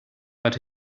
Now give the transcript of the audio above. but